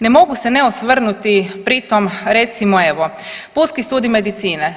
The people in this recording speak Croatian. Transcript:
Ne mogu se ne osvrnuti pri tom recimo evo Pulski studij medicine.